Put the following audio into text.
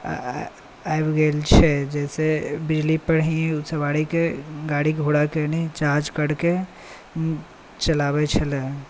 आबि गेल छै जाहि सॅं बिजली पर ही सवारीके गाड़ी घोड़ाके ने चार्ज करके चलाबै छलै